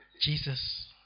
Jesus